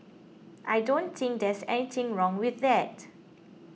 I don't think there's anything wrong with that